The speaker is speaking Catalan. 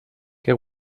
què